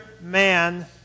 man